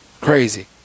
Crazy